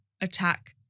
attack